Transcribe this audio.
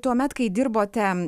tuomet kai dirbote